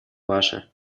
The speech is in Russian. ваше